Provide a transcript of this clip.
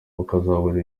bakazabona